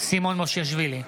סימון מושיאשוילי,